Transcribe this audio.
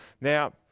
Now